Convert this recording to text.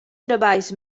treballs